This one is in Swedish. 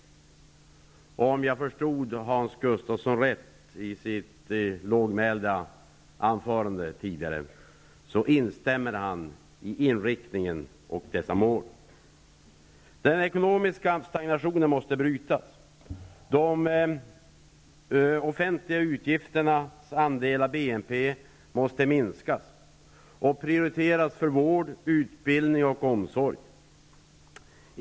Om jag förstod Hans Gustafsson rätt när han höll sitt lågmälda anförande tidigare, instämmer han i inriktningen och dessa mål. Den ekonomiska stagnationen måste brytas. De offentliga utgifternas andel av BNP måste minska och prioriteras för vård, utbildning och omsorg.